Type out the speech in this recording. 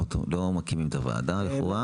לא מקימים את הוועדה הקבועה,